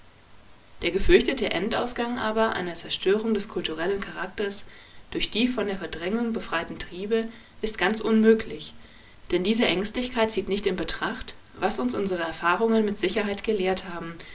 der gefürchtete endausgang aber einer zerstörung des kulturellen charakters durch die von der verdrängung befreiten triebe ist ganz unmöglich denn diese ängstlichkeit zieht nicht in betracht was uns unsere erfahrungen mit sicherheit gelehrt haben